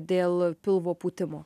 dėl pilvo pūtimo